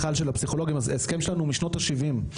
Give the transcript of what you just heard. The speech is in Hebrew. הפסיכולוגים ההסכם שלנו הוא משנות ה-70.